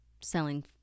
selling